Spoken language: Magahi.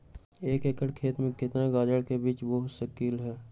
एक एकर खेत में केतना गाजर के बीज बो सकीं ले?